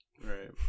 Right